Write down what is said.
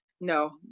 no